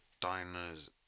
diner's